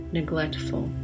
neglectful